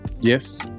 yes